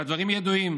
והדברים ידועים.